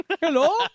Hello